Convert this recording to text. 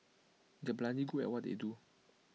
they are bloody good at what they do